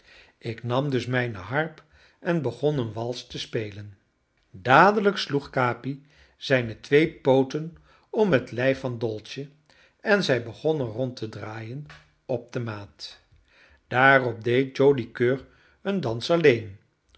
ik nam dus mijne harp en begon een wals te spelen dadelijk sloeg capi zijne twee pooten om het lijf van dolce en zij begonnen rond te draaien op de maat daarop deed joli coeur een dans alleen